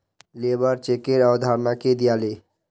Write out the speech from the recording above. labour चेकेर अवधारणा के दीयाले